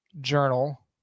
journal